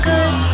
Good